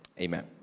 amen